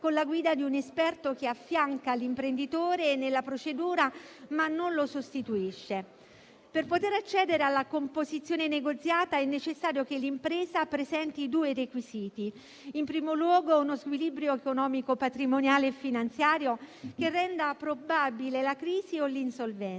con la guida di un esperto che affianca l'imprenditore nella procedura, ma non lo sostituisce. Per poter accedere alla composizione negoziata è necessario che l'impresa presenti due requisiti: in primo luogo, uno squilibrio economico, patrimoniale e finanziario che renda probabile la crisi o l'insolvenza;